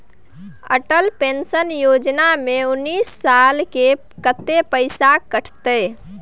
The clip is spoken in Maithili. अटल पेंशन योजना में उनैस साल के कत्ते पैसा कटते?